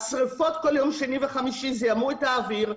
השריפות כל יום שני וחמישי זיהמו את האוויר,